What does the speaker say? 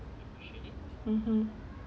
mmhmm